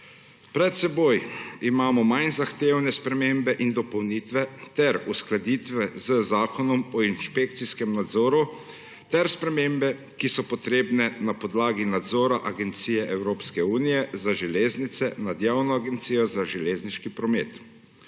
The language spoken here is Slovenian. Pred seboj imamo manj zahtevne spremembe in dopolnitve ter uskladitve z Zakonom o inšpekcijskem nadzoru ter spremembe, ki so potrebne na podlagi nadzora Agencije Evropske unije za železnice nad Javno agencijo za železniški promet.